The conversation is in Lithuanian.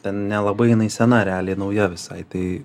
ten nelabai jinai sena realiai nauja visai tai